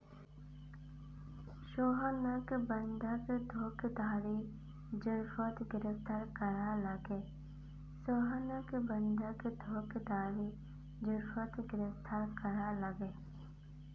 सोहानोक बंधक धोकधारी जुर्मोत गिरफ्तार कराल गेल